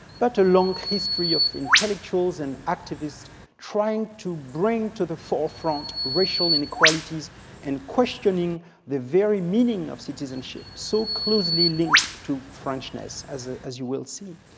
but a long history of intellectuals and activists trying to bring to the forefront racial inequalities and questioning the very meaning of citizenship so closely linked to frenchness, as ah as you will see.